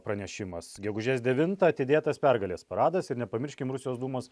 pranešimas gegužės devintą atidėtas pergalės paradas ir nepamirškim rusijos dūmos